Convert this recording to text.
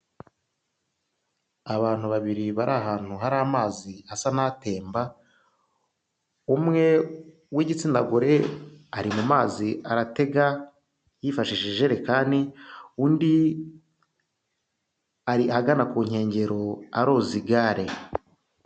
Abantu babiri bari ahantu hari amazi asa n'atemba, umwe w'igitsina gore ari mu mazi aratega yifashishije ijerekani, undi ari ahagana ku nkengero aroza igare.